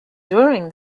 during